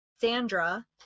Sandra